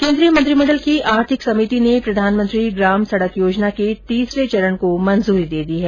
केन्द्रीय मंत्रिमंडल की आर्थिक समिति ने प्रधानमंत्री ग्राम सड़क योजना के तीसरे चरण की स्वीकृति दे दी है